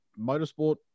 Motorsport